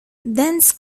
dense